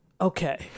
okay